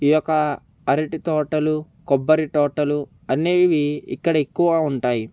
ఈ యొక్క అరటి తోటలు కొబ్బరి తోటలు అనేవి ఇక్కడ ఎక్కువ ఉంటాయి